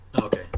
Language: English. Okay